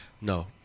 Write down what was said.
No